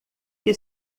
que